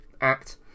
act